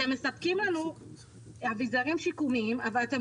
אתם מספקים לנו אביזרים שיקומיים אבל אתם